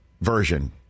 version